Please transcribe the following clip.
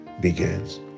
begins